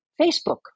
Facebook